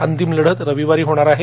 अंतिम लढत रविवारी होणार आहे